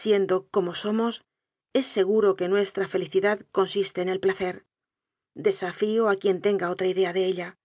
siendo como somos es seguro que nuestra felicidad consiste en el placer desafío a quien tenga otra idea de ella